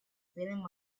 feeling